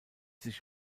sich